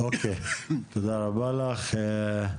אוקיי, תודה רבה לך.